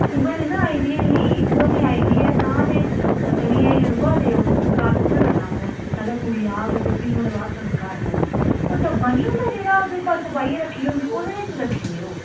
उ'यै नेईं ना आई दी हल्ली उ'यै नी आई दी है तां ते करियै अजें रूका दे ओह् संस्कार कु'त्थै करना उ'नें पैह्लें कुड़ी औग ते भी नोआड़ै बाद संस्कार करना ओह् डब्बा निं होंदा जेह्दे इच बरफ पाइयै रक्खी दी होंदी ओह्दे बिच्च रक्खे दे ओह्